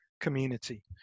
community